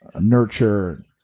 nurture